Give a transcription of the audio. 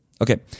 Okay